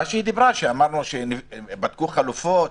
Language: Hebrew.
מה שהיא דיברה ושבדקו חלופות.